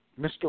Mr